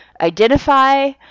identify